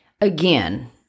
again